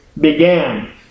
began